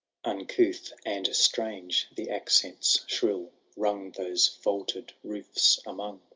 uncouth and strange the accents shrill rung those vaulted rooft among.